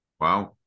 Wow